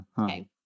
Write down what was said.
Okay